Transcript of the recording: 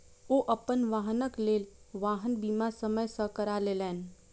ओ अपन वाहनक लेल वाहन बीमा समय सॅ करा लेलैन